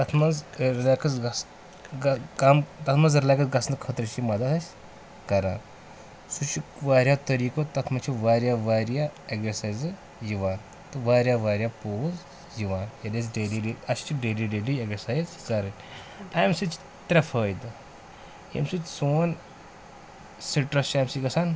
تَتھ منٛز رِلیکٕس گژھ کَم تَتھ منٛز رِلیکٕس گژھنہٕ خٲطرٕ چھِ یہِ مَدتھ اَسہِ کَران سُہ چھُ واریاہ طریٖقو تَتھ منٛز چھِ واریاہ واریاہ ایٚگزَرسایزٕ یِوان تہٕ واریاہ واریاہ پوز یِوان ییٚلہِ أسۍ ڈیلی اَسہِ چھِ ڈیلی ڈیلی ایٚگزَرسایِز کَرٕنۍ امہِ سۭتۍ چھِ ترٛےٚ فٲیدٕ ییٚمہِ سۭتۍ سون سٹرَس چھُ اَمہِ سۭتۍ گژھان